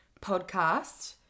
podcast